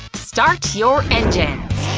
start your engines,